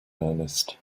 earnest